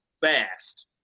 fast